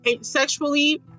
sexually